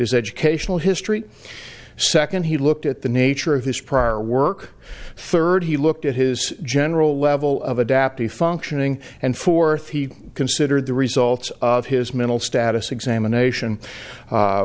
his educational history second he looked at the nature of his prior work third he looked at his general level of adaptive functioning and fourth he considered the results of his mental status examination